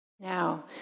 Now